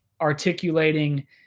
articulating